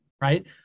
right